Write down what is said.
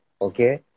Okay